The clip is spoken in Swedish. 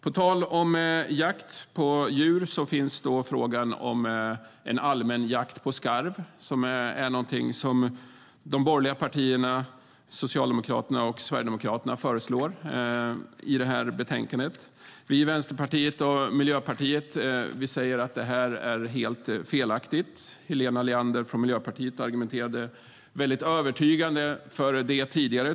På tal om jakt på djur: I betänkandet föreslår de borgerliga partierna, Socialdemokraterna och Sverigedemokraterna allmän jakt på skarv. Vänsterpartiet och Miljöpartiet säger att detta är helt fel, och Helena Leander från Miljöpartiet argumenterade övertygande för det tidigare.